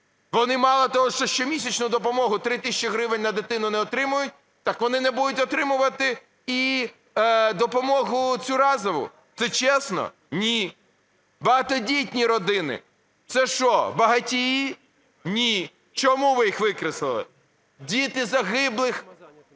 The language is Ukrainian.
Вони мало того, що щомісячну допомогу 3 тисячі гривень на дитину не отримують, так вони не будуть отримувати і допомогу цю разову. Це чесно? Ні. Багатодітні родини. Це що багатії? Ні. Чому ви їх викреслили? Діти загиблих